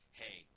hey